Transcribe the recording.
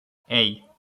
hey